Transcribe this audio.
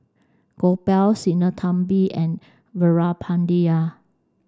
Gopal Sinnathamby and Veerapandiya